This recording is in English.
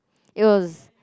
it was